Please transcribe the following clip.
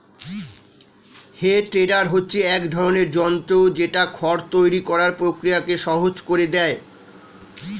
হে tedder হচ্ছে এক ধরণের যন্ত্র যেটা খড় তৈরী করার প্রক্রিয়াকে সহজ করে দেয়